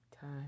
time